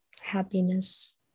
happiness